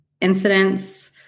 incidents